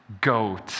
goat